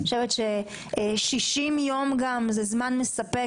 אני חושבת ש-60 יום גם זה זמן מספק.